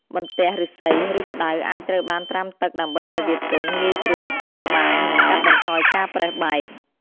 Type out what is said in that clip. បន្ទះឫស្សី ឬផ្តៅអាចត្រូវបានត្រាំទឹកដើម្បីឱ្យវាទន់ ងាយស្រួលពត់ ត្បាញ និងកាត់បន្ថយការប្រេះបែក។